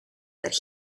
that